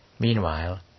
Meanwhile